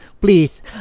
please